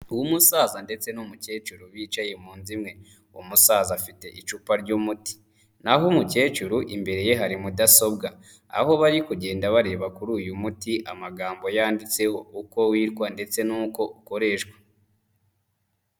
Umusaza ndetse n'umukecuru bicaye mu nzu imwe. Umusaza afite icupa ry'umuti. Naho umukecuru imbere ye hari mudasobwa. Aho bari kugenda bareba kuri uyu muti amagambo yanditseho. Uko witwa ndetse n'uko ukoreshwa.